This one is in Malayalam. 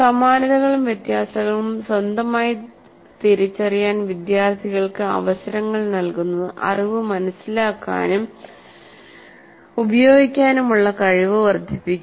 സമാനതകളും വ്യത്യാസങ്ങളും സ്വതന്ത്രമായി തിരിച്ചറിയാൻ വിദ്യാർത്ഥികൾക്ക് അവസരങ്ങൾ നൽകുന്നത് അറിവ് മനസിലാക്കാനും ഉപയോഗിക്കാനും ഉള്ള കഴിവ് വർദ്ധിപ്പിക്കുന്നു